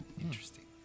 Interesting